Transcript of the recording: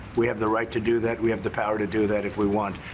we have the right to do that. we have the power to do that, if we want.